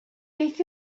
beth